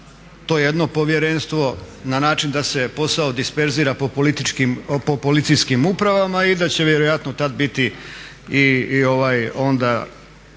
to jedno povjerenstvo na način da se posao disperzira po policijskim upravama i da će vjerojatno tada biti i